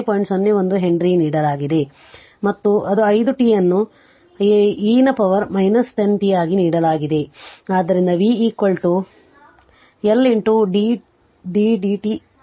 0 1 henry ನೀಡಲಾಗಿದೆ ಮತ್ತು ಅದು 5 t ಇದನ್ನು e ನ ಪವರ್ 10 t ಆಗಿ ನೀಡಲಾಗುತ್ತದೆ ಆದ್ದರಿಂದ v L d dt i e